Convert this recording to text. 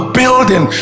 building